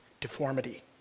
deformity